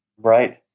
Right